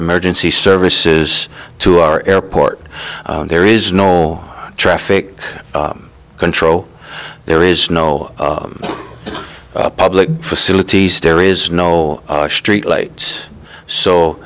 emergency services to our airport there is no traffic control there is no public facilities there is no street lights so